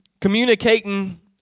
communicating